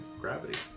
gravity